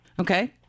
Okay